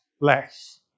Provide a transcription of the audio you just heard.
less